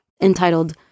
entitled